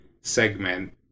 segment